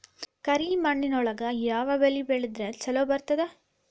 ಕರಿಮಣ್ಣೊಳಗ ಯಾವ ಬೆಳಿ ಬೆಳದ್ರ ಛಲೋ ಬರ್ತದ?